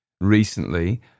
recently